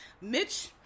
Mitch